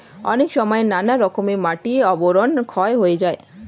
অনেক সময় নানা কারণে মাটির আবরণ ক্ষয় হয়ে যায়